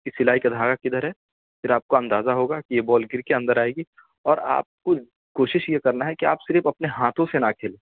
کی سلائی کا دھاگا کدھر ہے پھر آپ کو اندازہ ہوگا کہ یہ بال گر کے اندر آئے گی اور آپ کو کوشش یہ کرنا ہے کہ آپ صرف اپنے ہاتھوں سے نہ کھیلیں